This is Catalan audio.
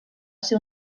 ser